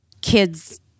kids